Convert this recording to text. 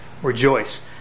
Rejoice